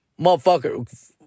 Motherfucker